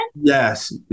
Yes